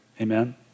Amen